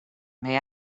may